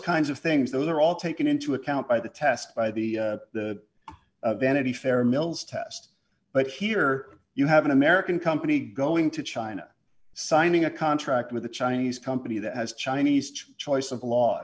kinds of things those are all taken into account by the test by the vanity fair mills test but here you have an american company going to china signing a contract with a chinese company that has chinese choice of law